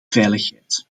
veiligheid